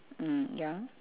mm ya